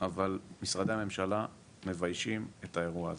אבל משרדי הממשלה מביישים את האירוע הזה,